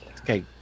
Okay